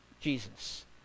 Jesus